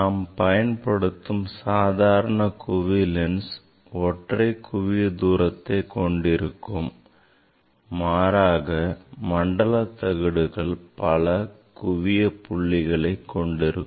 நாம் பயன்படுத்தும் சாதாரண குவிலென்ஸ் ஒற்றை குவிய தூரத்தை கொண்டிருக்கும் மாறாக மண்டல தகடுகள் பல குவிய புள்ளிகளை கொண்டிருக்கும்